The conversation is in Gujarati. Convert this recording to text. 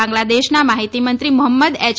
બાંગ્લાદેશના માહિતીમંત્રી મુહમ્મદ એચ